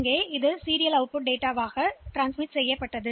எனவே அது தொடர் வெளியீட்டு டேட்டாக்கு வெளியிடப்படும்